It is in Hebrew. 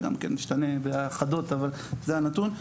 זה גם כן משתנה אבל זה הנתון,